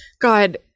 god